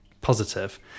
positive